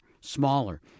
smaller